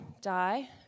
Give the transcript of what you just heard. die